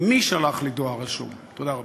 "מי שלח לי דואר רשום?" תודה רבה.